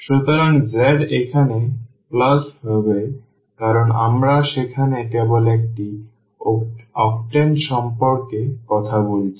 সুতরাং z এখানে plus হবে কারণ আমরা সেখানে কেবল একটি octane সম্পর্কে কথা বলছি